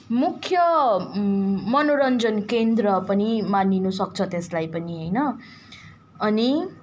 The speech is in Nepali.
मुख्य मनोरञ्जन केन्द्र पनि मानिनसक्छ त्यसलाई पनि होइन अनि